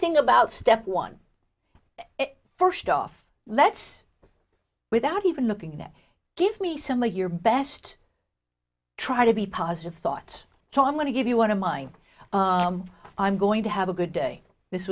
thing about step one first off let without even looking at give me some of your best try to be positive thoughts so i'm going to give you one of mine i'm going to have a good day this